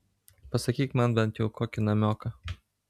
pasakyk man bent jau kokį namioką